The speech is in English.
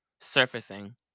surfacing